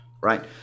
right